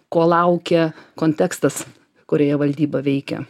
ko laukia kontekstas kurioje valdyba veikia